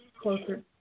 closer